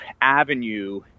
avenue